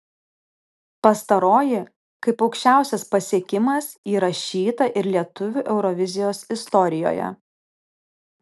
pastaroji kaip aukščiausias pasiekimas įrašyta ir lietuvių eurovizijos istorijoje